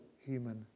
human